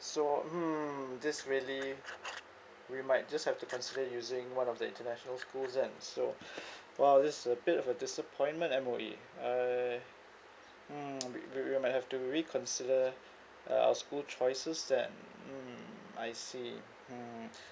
so hmm this really we might just have to consider using one of the international schools then so !wow! this is a bit of a disappointment M_O_E I mm we we we might have to reconsider uh our school choices then mm I see hmm